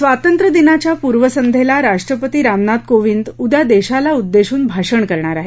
स्वातंत्र्यदिनाच्या पूर्वसंध्येला राष्ट्रपती रामनाथ कोविंद उद्या देशाला उद्देशून भाषण करणार आहेत